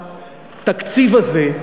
התקציב הזה,